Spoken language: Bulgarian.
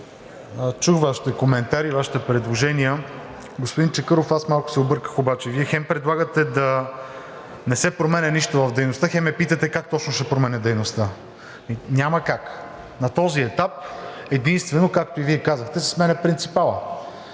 Чух Вашите коментари и Вашите предложения, но, господин Чакъров, аз малко се обърках – Вие хем предлагате да не се променя нищо в дейността, хем ме питате как точно ще променя дейността. Няма как. На този етап, единствено, както и Вие казахте, се сменя принципалът.